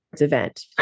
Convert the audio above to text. event